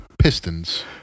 Pistons